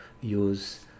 use